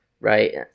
Right